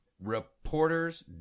Reporters